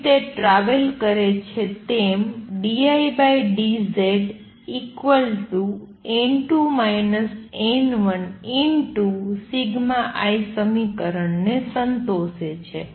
જેમ તે ટ્રાવેલ કરે છે તેમ તે dId Z n2 n1σI સમીકરણને સંતોષે છે